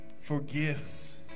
forgives